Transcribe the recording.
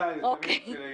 בבקשה.